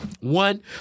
one